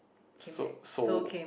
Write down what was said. so soul